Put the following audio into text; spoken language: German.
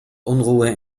unruhe